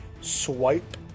swipe